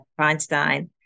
Feinstein